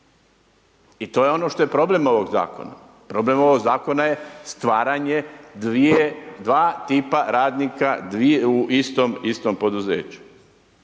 I to je ono što je problem ovog zakona. Problem ovog zakona je stvaranje 2 tipa radnika u istom poduzeću.